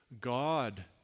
God